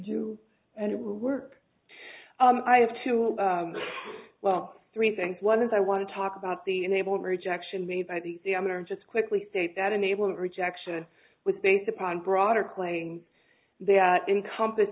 do and it will work i have to well three things one is i want to talk about the enable rejection made by the examiner just quickly state that enable rejection with based upon broader claims that encompass